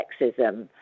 Sexism